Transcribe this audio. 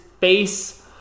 face